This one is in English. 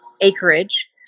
acreage